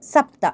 सप्त